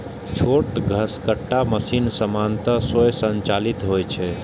छोट घसकट्टा मशीन सामान्यतः स्वयं संचालित होइ छै